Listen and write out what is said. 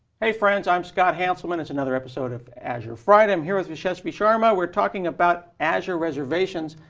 hey friends! i'm scott hanselman. it's another episode of azure friday. i'm here with yashesvi sharma. we're talking about azure reservations.